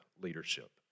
leadership